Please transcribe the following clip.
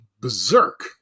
berserk